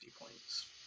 points